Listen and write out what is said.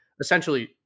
essentially